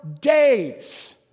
days